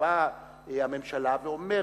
באה הממשלה ואומרת: